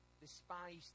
despised